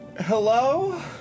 Hello